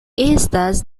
estas